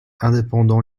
indépendants